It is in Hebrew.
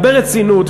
הרבה רצינות,